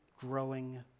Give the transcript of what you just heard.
growing